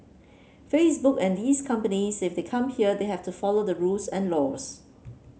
Facebook and these companies if they come here they have to follow the rules and laws